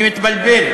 אני מתבלבל